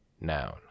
Noun